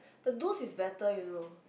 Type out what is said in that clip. the nose is better you know